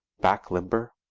back limber,